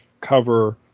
cover